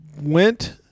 went